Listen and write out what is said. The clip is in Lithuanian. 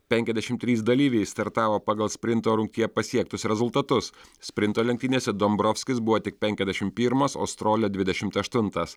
penkiasdešimt trys dalyviai startavo pagal sprinto rungtyje pasiektus rezultatus sprinto lenktynėse dombrovskis buvo tik penkiasdešimt pirmas o strolia dvidešimt aštuntas